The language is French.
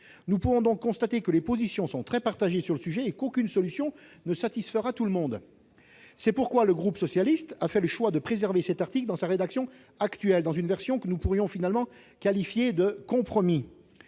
Nous pouvons donc constater que les positions sont très partagées sur le sujet et qu'aucune solution ne satisfera tout le monde. C'est pourquoi le groupe socialiste a fait le choix de préserver cet article dans sa rédaction actuelle, dans une version que nous pourrions finalement qualifier de compromis.